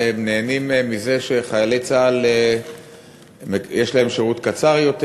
הם נהנים מזה שכחיילי צה"ל יש להם שירות קצר יותר,